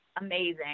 Amazing